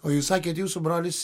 o jūs sakėte jūsų brolis